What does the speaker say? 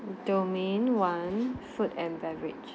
domain one food and beverage